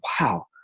wow